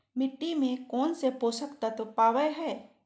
मिट्टी में कौन से पोषक तत्व पावय हैय?